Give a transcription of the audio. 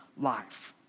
life